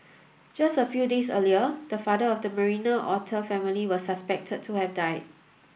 just a few days earlier the father of the Marina otter family was suspected to have died